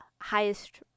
highest